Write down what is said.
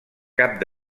cap